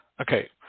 Okay